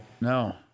No